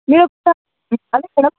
మీరు ఒకసారి రావాలి మ్యాడమ్